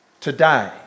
Today